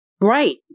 Right